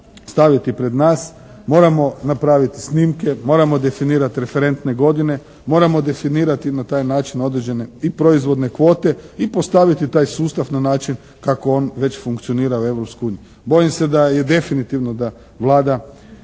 staviti pred nas, moramo napraviti snimke. Moramo definirati referentne godine, moramo definirati na taj način određene i proizvodne kvote i postaviti taj sustav na način kako on već funkcionira u Europsku uniju. Bojim se da je definitivno da Vlada